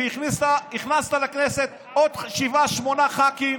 והכנסת לכנסת עוד שבעה-שמונה ח"כים